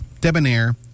debonair